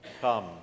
Come